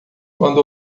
quando